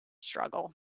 struggle